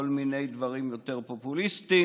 כל מיני דברים יותר פופוליסטיים.